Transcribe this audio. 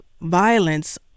violence